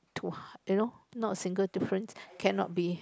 too hard you know not a single different cannot be